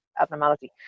abnormality